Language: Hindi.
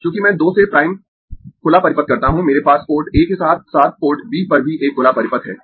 चूंकि मैं 2 से प्राइम खुला परिपथ करता हूं मेरे पास पोर्ट A के साथ साथ पोर्ट B पर भी एक खुला परिपथ है